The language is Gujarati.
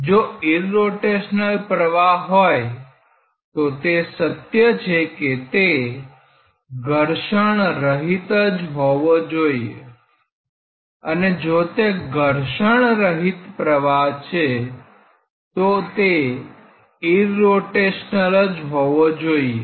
જો ઈરરોટેશનલ પ્રવાહ હોય તો તે સત્ય છે કે તે ઘર્ષણરહિત જ હોવો જોઈએ અને જો તે ઘર્ષણરહિત પ્રવાહ છે તો તે ઈરરોટેશનલ જ હોવો જોઈએ